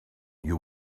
you